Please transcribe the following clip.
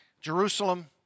Jerusalem